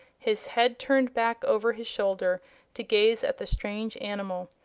his head turned back over his shoulder to gaze at the strange animal.